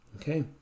okay